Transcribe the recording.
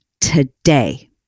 today